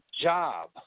job